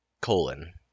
colon